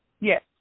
Yes